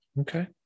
Okay